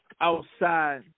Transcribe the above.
outside